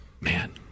Man